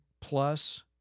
Plus